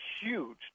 huge